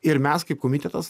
ir mes kaip komitetas